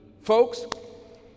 folks